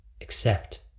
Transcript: accept